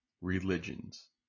religions